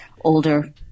older